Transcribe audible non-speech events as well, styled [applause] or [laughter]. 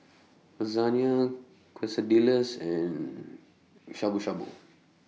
Lasagne Quesadillas and Shabu Shabu [noise]